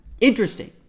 interesting